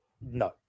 No